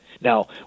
Now